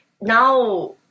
now